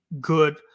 good